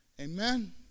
Amen